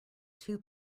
two